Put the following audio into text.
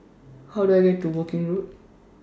How Do I get to Woking Road